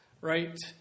Right